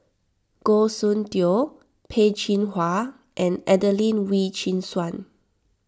Goh Soon Tioe Peh Chin Hua and Adelene Wee Chin Suan